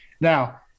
Now